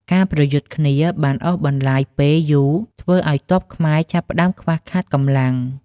ការប្រយុទ្ធគ្នាបានអូសបន្លាយពេលយូរ ធ្វើឱ្យទ័ពខ្មែរចាប់ផ្ដើមខ្វះខាតកម្លាំង។